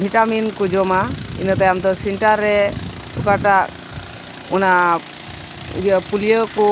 vitamin ᱠᱚ ᱡᱚᱢᱟ ᱤᱱᱟᱹ ᱛᱟᱭᱚᱢ ᱫᱚ ᱥᱮᱱᱴᱟᱨ ᱨᱮ ᱚᱠᱟᱴᱟᱜ ᱚᱱᱟ ᱤᱭᱟᱹ ᱯᱳᱞᱤᱭᱳ ᱠᱚ